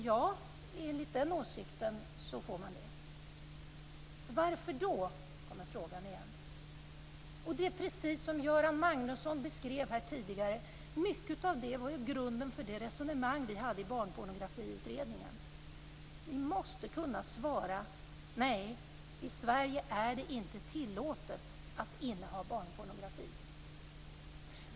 Ja, enligt den åsikten får man det. Då kommer frågan igen: Varför då? Det är precis som Göran Magnusson beskrev här tidigare. Mycket av detta var grunden för det resonemang vi hade i Barnpornografiutredningen. Vi måste kunna svara: Nej, i Sverige är det inte tillåtet att inneha barnpornografi.